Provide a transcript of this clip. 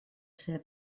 ser